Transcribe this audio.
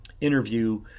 interview